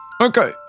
okay